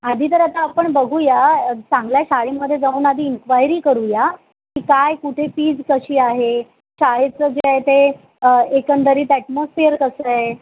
आधी तर आता आपण बघूया चांगल्या शाळेमध्ये जाऊन आधी इन्क्वायरी करूया की काय कुठे फीज कशी आहे शाळेचं जे आहे ते एकंदरीत ॲटमॉस्फियर कसं आहे